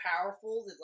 powerful